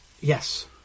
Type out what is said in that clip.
Yes